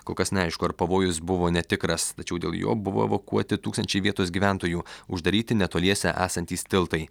kol kas neaišku ar pavojus buvo netikras tačiau dėl jo buvo evakuoti tūkstančiai vietos gyventojų uždaryti netoliese esantys tiltai